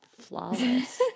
flawless